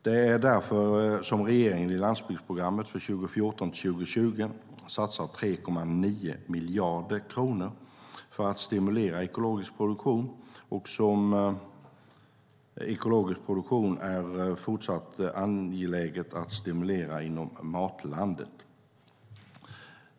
Det är därför regeringen i landsbygdsprogrammet för 2014-2020 satsar 3,9 miljarder kronor för att stimulera ekologisk produktion, och det är därför ekologisk produktion är fortsatt angelägen att stimulera inom Matlandet.